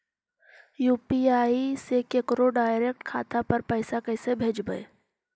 UPI से केकरो direct खाता पर पैसा कैसे भेजबै?